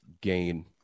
gain